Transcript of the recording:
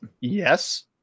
Yes